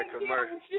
commercial